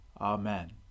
Amen